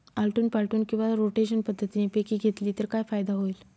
आलटून पालटून किंवा रोटेशन पद्धतीने पिके घेतली तर काय फायदा होईल?